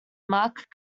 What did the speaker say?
mark